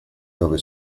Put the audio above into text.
dove